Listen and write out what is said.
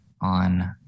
on